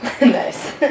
Nice